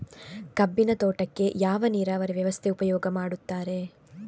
ಕಬ್ಬಿನ ತೋಟಕ್ಕೆ ಯಾವ ನೀರಾವರಿ ವ್ಯವಸ್ಥೆ ಉಪಯೋಗ ಮಾಡುತ್ತಾರೆ?